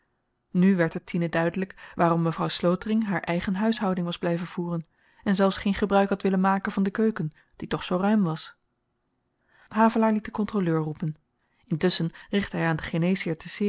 nu werd het tine duidelyk waarom mevrouw slotering haar eigen huishouding was blyven voeren en zelfs geen gebruik had willen maken van de keuken die toch zoo ruim was havelaar liet den kontroleur roepen intusschen richtte hy aan den